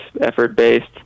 effort-based